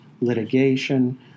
litigation